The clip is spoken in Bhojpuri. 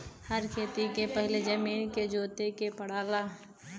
हर खेती के पहिले जमीन के जोते के पड़ला